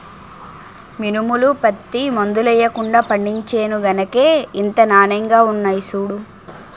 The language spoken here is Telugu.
మినుములు, పత్తి మందులెయ్యకుండా పండించేను గనకే ఇంత నానెంగా ఉన్నాయ్ సూడూ